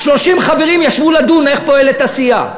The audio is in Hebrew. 30 חברים ישבו לדון איך פועלת הסיעה,